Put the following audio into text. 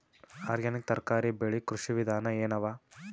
Organic ತರಕಾರಿ ಬೆಳಿ ಕೃಷಿ ವಿಧಾನ ಎನವ?